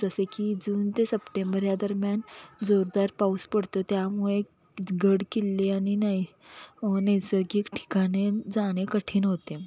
जसे की जून ते सप्टेंबर या दरम्यान जोरदार पाऊस पडतो त्यामुळे गडकिल्ले आणि नै नैसर्गिक ठिकाणे जाणे कठीण होते